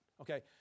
okay